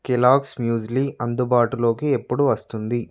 Kellogg's muesli అందుబాటులోకి ఎప్పుడు వస్తుంది